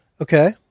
Okay